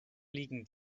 liegen